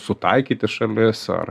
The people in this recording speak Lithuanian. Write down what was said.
sutaikyti šalis ar